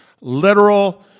literal